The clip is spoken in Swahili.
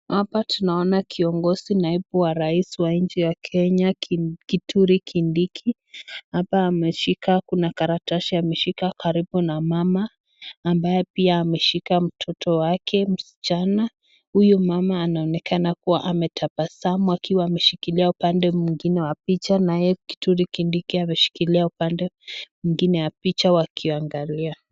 Hapa tunaona kiongozi naibu Wa Raisi wa nchi ya Kenya ,kiture kindiki, hapa ameshika, kuna karatasi ameshika karibu na mama ambaye pia ameshika mtoto wake msichana, huyu mama anaonekana kuwa ametabasamu akiwa ameshikilia upande mwengine Wa picha, nae kiture kindiki akiwa ameshikilia upande mwengine wa picha wakiangalia.